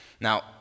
Now